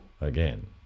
again